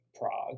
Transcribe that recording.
Prague